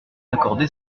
accordé